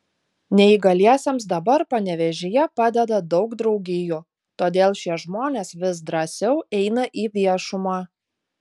neįgaliesiems dabar panevėžyje padeda daug draugijų todėl šie žmonės vis drąsiau eina į viešumą